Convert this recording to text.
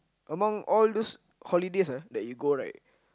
among all those holidays ah that you go right